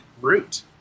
root